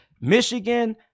Michigan